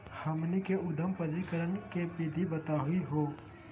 हमनी के उद्यम पंजीकरण के विधि बताही हो?